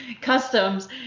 customs